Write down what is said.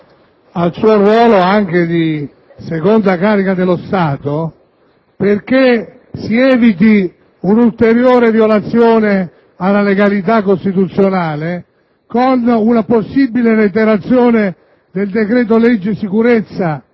al suo ruolo di seconda carica dello Stato perché si eviti un'ulteriore violazione alla legalità costituzionale con una possibile reiterazione del decreto-legge sicurezza.